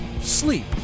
sleep